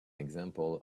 example